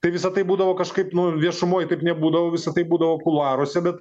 tai visa tai būdavo kažkaip nu viešumoj taip nebūdavo visa tai būdavo kuluaruose bet